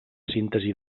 síntesi